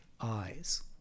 eyes